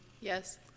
Yes